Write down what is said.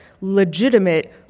legitimate